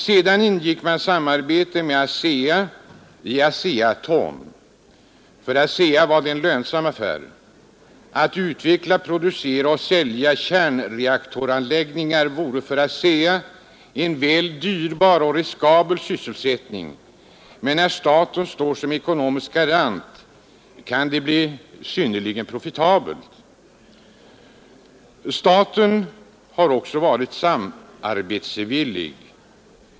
Senare ingick man samarbete med ASEA i ASEA-Atom. För ASEA var det en lönsam affär. Att utveckla, producera och sälja kärnreaktoranläggningar vore för ASEA en väl dyrbar och riskabel sysselsättning, men när staten står som ekonomisk garant kan det bli synnerligen profitabelt. Staten har också varit samarbetsvillig.